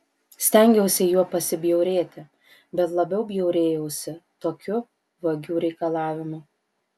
stengiausi juo pasibjaurėti bet labiau bjaurėjausi tokiu vagių reikalavimu